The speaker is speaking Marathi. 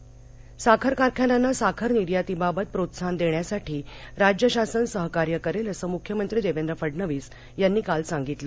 साखर साखर कारखान्यांना साखर निर्यातीबाबत प्रोत्साहन देण्यासाठी राज्य शासन सहकार्य करेल असं मुख्यमंत्री देवेंद्र फडणवीस यांनी काल सांगितलं